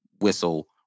whistle